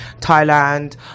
Thailand